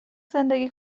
زندگی